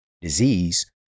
disease